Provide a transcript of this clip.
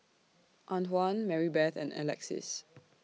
Antwan Marybeth and Alexis